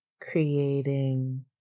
creating